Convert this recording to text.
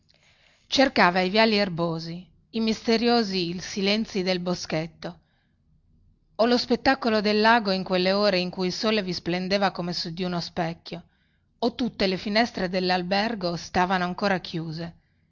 cercava i viali erbosi i misteriosi silenzi del boschetto o lo spettacolo del lago in quelle ore in cui il sole vi splendeva come su di uno specchio o tutte le finestre dellalbergo stavano ancora chiuse